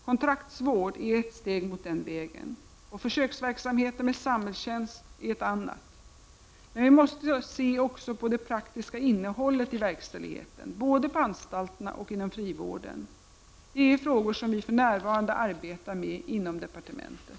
Kontraktsvård är ett steg på den vägen och försöksverksamheten med samhällstjänst ett annat. Men vi måste se också på det praktiska innehållet i verkställigheten, både på anstalterna och inom frivården. Det är frågor som vi för närvarande arbetar med inom departementet.